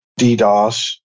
DDoS